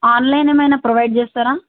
online ఏమైనా provide చేస్తారా